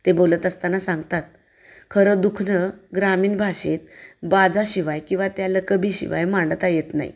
ते बोलत असताना सांगतात खरं दुखनं ग्रामीण भाषेत बाजाशिवाय किंवा त्या लकबी शिवाय मांडता येत नाही